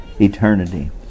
eternity